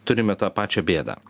turime tą pačią bėdą